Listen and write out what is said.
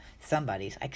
somebody's